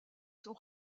sont